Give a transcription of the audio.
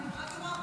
אני רק אומרת,